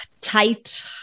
tight